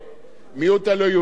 תקשיב למדינות ערב,